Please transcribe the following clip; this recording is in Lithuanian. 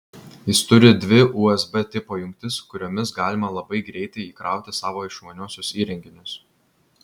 jis turi dvi usb tipo jungtis kuriomis galima labai greitai įkrauti savo išmaniuosius įrenginius